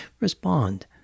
Respond